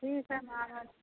ठीक हइ हम आ रहली